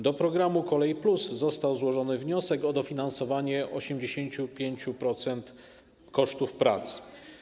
Do programu ˝Kolej plus˝ został złożony wniosek o dofinansowanie 85% kosztów prac.